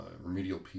remedial